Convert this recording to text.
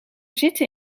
zitten